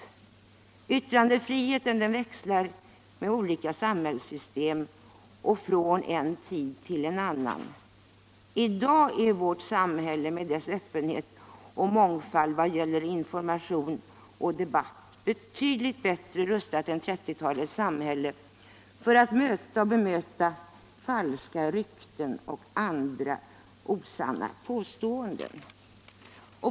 Yttrandefriheten växlar med olika samhällssystem och från en tid till en annan. I dag är vårt samhälle med dess öppenhet och mångfald vad gäller information och debatt betydligt bättre rustat än 1930-talets samhälle för att möta och bemöta falska rykten och andra osanna påståenden.